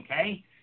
Okay